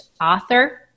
author